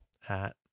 hat